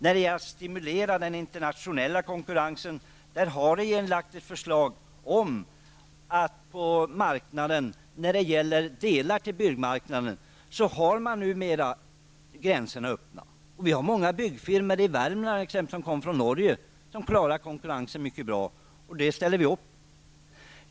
För att stimulera den internationella konkurrensen har regeringen lagt fram förslag, och när det gäller material till byggmarknaden är gränserna numera öppna. Det finns exempelvis i Värmland många byggfirmor som kommer från Norge och som klarar konkurrensen mycket bra, och det ställer vi upp på.